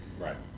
Right